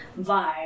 vibe